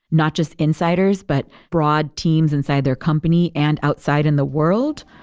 not just insiders, but broad teams inside their company and outside in the world,